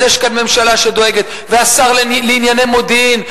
והשר לענייני מודיעין,